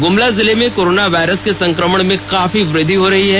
गुमला जिले में corona virus के संक्रमण में काफी वृद्वि हो रही है